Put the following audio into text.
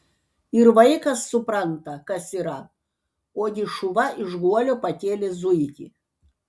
ir vaikas supranta kas yra ogi šuva iš guolio pakėlė zuikį